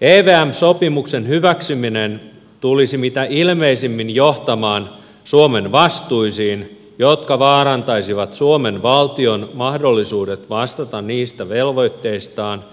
evm sopimuksen hyväksyminen tulisi mitä ilmeisimmin johtamaan suomen vastuisiin jotka vaarantaisivat suomen valtion mahdollisuudet vastata niistä velvoitteistaan